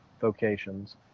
vocations